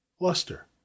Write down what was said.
luster